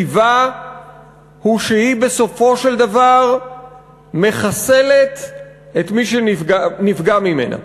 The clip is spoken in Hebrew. טיבה הוא שהיא בסופו של דבר מחסלת את מי שנפגע ממנה,